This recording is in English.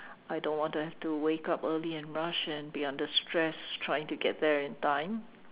I don't want to have to wake up early and rush and be under stress trying to get there in time